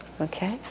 Okay